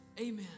Amen